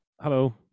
hello